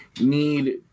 need